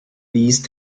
these